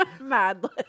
Madly